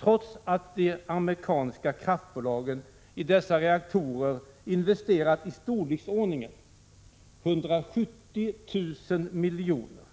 Trots att de amerikanska kraftbolagen i dessa reaktorer har investerat belopp i storleksordningen 170 000 miljoner,